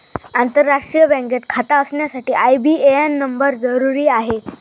आंतरराष्ट्रीय बँकेत खाता असण्यासाठी आई.बी.ए.एन नंबर जरुरी आहे